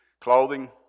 clothing